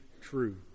true